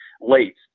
late